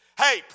Hey